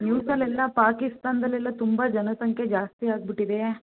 ನ್ಯೂಸಲ್ಲೆಲ್ಲ ಪಾಕಿಸ್ತಾನದಲ್ಲೆಲ್ಲ ತುಂಬ ಜನಸಂಖ್ಯೆ ಜಾಸ್ತಿ ಆಗ್ಬಿಟ್ಟಿದೆ